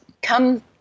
come